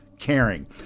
caring